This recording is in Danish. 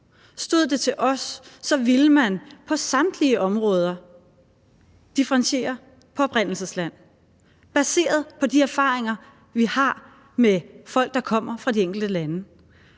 Stod det til os, ville man på samtlige områder differentiere på oprindelsesland baseret på de erfaringer, vi har, med folk, der kommer fra de enkelte lande.